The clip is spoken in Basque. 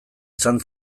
izan